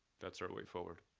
that's our way forward.